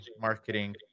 marketing